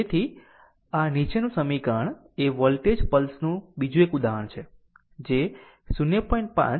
તેથી આ નીચેનું સમીકરણ એ વોલ્ટેજ પલ્સનું બીજું એક ઉદાહરણ છે જે 0